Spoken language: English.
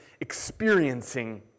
experiencing